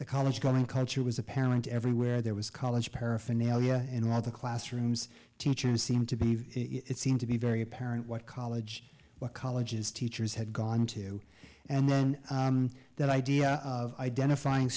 the college going culture was apparent everywhere there was college paraphernalia and where the classrooms teachers seem to be it seemed to be very apparent what college what colleges teachers had gone into and then that idea of identifying